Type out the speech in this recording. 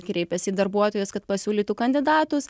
kreipiasi į darbuotojus kad pasiūlytų kandidatus